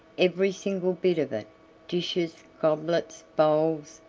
every single bit of it dishes, goblets, bowls,